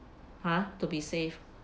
ha to be safe